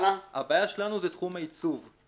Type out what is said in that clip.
הבעיה שלנו היא בתחום העיצוב.